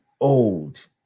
old